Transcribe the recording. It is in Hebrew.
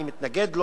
אני מתנגד לו,